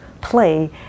play